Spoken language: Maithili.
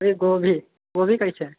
ई गोभी गोभी कैसे